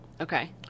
Okay